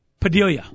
Padilla